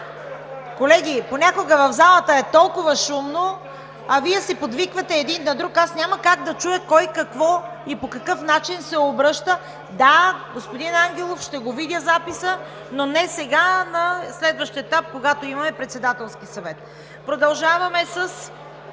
Колеги, понякога в залата е толкова шумно, а Вие си подвиквате един на друг и аз няма как да чуя кой, какво и по какъв начин се обръща. (Реплики.) Да, господин Ангелов, ще видя записа, но не сега, а на следващ етап, когато имаме Председателски съвет. Продължаваме.